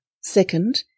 Second